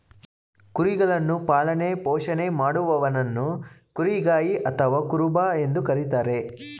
ಕುರಿಗಳನ್ನು ಪಾಲನೆ ಪೋಷಣೆ ಮಾಡುವವನನ್ನು ಕುರಿಗಾಯಿ ಅಥವಾ ಕುರುಬ ಎಂದು ಕರಿತಾರೆ